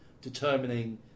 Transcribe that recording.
determining